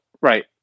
right